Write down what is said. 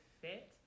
fit